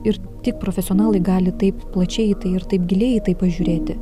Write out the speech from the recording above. ir tik profesionalai gali taip plačiai į tai ir taip giliai į tai pažiūrėti